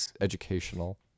educational